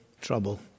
trouble